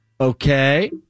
Okay